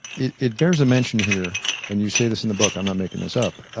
it it bears a mention here and you say this in the book, i'm not making this up,